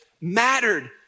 mattered